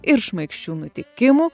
ir šmaikščių nutikimų